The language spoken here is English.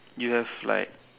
you have like